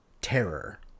terror